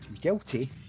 guilty